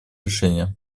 решения